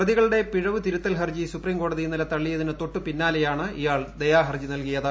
പ്രതികളുടെ പിഴവു തിരുത്തൽ ഹർജി സുപ്രീംകോടതി ഇന്നലെ തള്ളിയതിനു തൊട്ടു പിന്നാലെയാണ് ഇയാൾ ദയാഹർജി നൽകിയത്